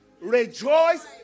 Rejoice